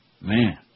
Man